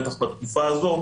בטח בתקופה הזאת,